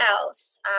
else